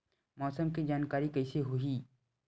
मौसम के जानकारी कइसे होही?